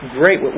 great